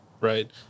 right